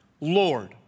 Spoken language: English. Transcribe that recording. Lord